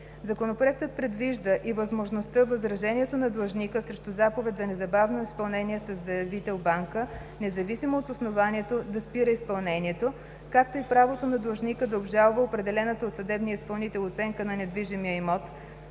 Законопроектът предвижда и възможността възражението на длъжника срещу заповед за незабавно изпълнение със заявител банка, независимо от основанието да спира изпълнението, както и правото на длъжника да обжалва определената от съдебния изпълнител оценка на недвижимия имот,